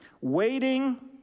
Waiting